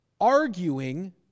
arguing